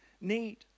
need